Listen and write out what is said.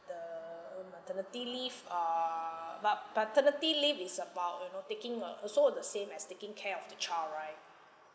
the uh maternity leave err but paternity leave is about you know taking uh also the same as taking care of the child right